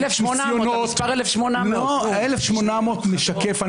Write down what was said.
1,800. המספר 1,800. ה-1,800 משקף אני